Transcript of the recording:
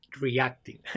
reacting